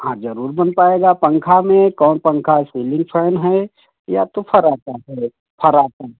हाँ ज़रूर बन पाएगा पंखे में कौन पंखा सीलिंग फैन है या तो फर्राटा है फर्राटा